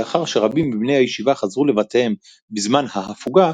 לאחר שרבים מבני הישיבה חזרו לבתיהם בזמן ההפוגה,